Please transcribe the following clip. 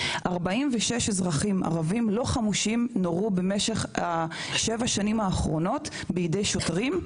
46 אזרחים ערבים לא חמושים נורו במשך שבע השנים האחרונות בידי שוטרים,